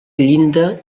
llinda